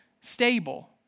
stable